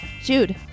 Jude